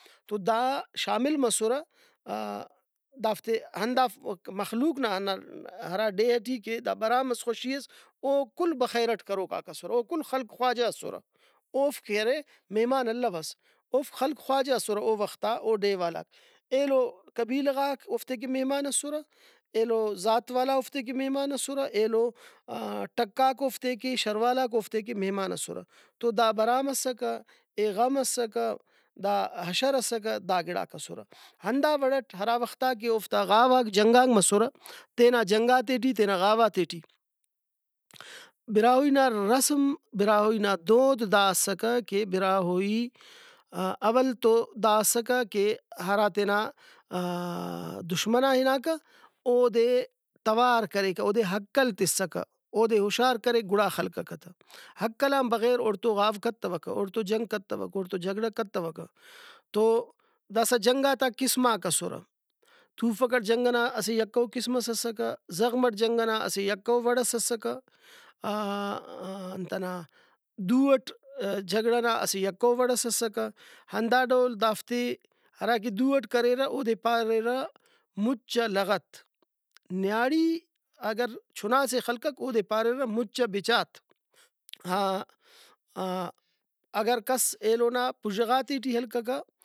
تو دا شامل مسرہ دافتے ہندافک مخلوق نا ہندا ہرا ڈیھ ٹی کہ دا برام اس خوشی اس او کل بخیرٹ کروکاک اسرہ او کل خلق خواجہ اسرہ اوفک کہ ارے مہمان الوس اوفک خلق خواجہ اسرہ او وختا او ڈیھ والاک ایلو قبیلہ غاک اوفتے کہ مہمان اسرہ ایلو ذات والا اوفتے کہ مہمان اسرہ ایلو ٹکاک اوفتے کہ شروالاک اوفتے کہ مہمان اسرہ۔ تو دا برام اسکہ اے غم اسکہ دا اشر اسکہ دا گڑاک اسرہ۔ ہنداوڑٹ ہرا وختا کہ اوفتا غاواک جنگاک مسرہ تینا جنگاتے ٹی تینا غاواتے ٹی براہوئی نا رسم براہوئی نا دود دا اسکہ کہ براہوئی اول تو دا اسکہ کہ ہرا تینا دشمنا ہناکہ اودے توار کریکہ اودے ہکل تسکہ اودے ہُشار کریکہ گڑا خلککہ تہ ہکلان بغیر اوڑتو غاو کتوکہ اوڑتو جنگ کتوکہ اوڑتو جھگڑہ کتوکہ تو داسہ جنگاتا قسماک اسرہ تُوفک اٹ جنگ ئنا اسہ یکہ او قسم ئس اسکہ زغمٹ جنگ ئنا اسہ یکہ او وڑس اسکہ انت ئنا دُو ئٹ جھگڑہ نا اسہ یکہ او وڑس اسکہ ہندا ڈول دافتے ہراکہ دُوئٹ کریرہ اودے پاریرہ مُچ ءَ لغت نیاڑی اگر چُھناسے خلککہ اودے پاریرہ مُچ ءَبِچات ءَ اگر کس ایلو نا پُژہ غاتے ٹی ہلککہ